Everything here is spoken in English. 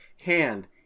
hand